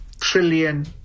trillion